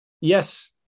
yes